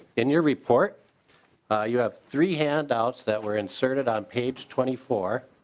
in your report you have three handouts that were inserted on page twenty four.